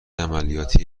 عملیاتی